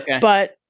But-